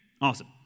Awesome